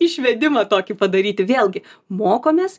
išvedimą tokį padaryti vėlgi mokomės